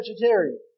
vegetarian